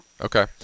Okay